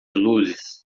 luzes